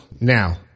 now